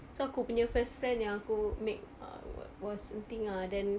so aku punya first friend yang aku make ah wa~ was en ting ah then